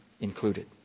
included